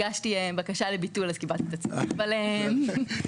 שלא יהיה מצב שאדם יפסיד את הזמן של הערר לפני שהוא קיבל את החומר.